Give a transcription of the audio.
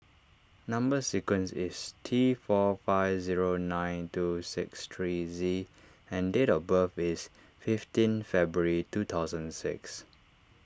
Number Sequence is T four five zero nine two six three Z and date of birth is fifteen February two thousand six